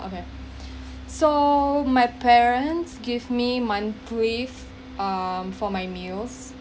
okay so my parents give me monthly um for my meals